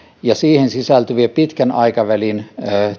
ja siihen sisältyviä pitkän aikavälin